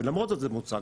ולמרות זאת זה יוצג.